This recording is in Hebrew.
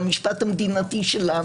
במשפט המדינתי שלנו,